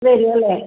വരും അല്ലേ